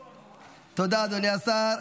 תודה, אדוני השר.